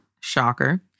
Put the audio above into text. shocker